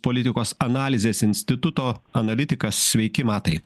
politikos analizės instituto analitikas sveiki matai